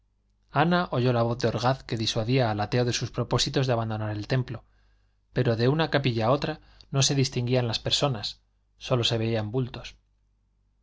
voz de orgaz que disuadía al ateo de su propósito de abandonar el templo pero de una capilla a otra no se distinguían las personas sólo se veían bultos